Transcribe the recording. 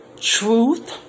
truth